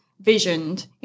visioned